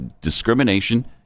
discrimination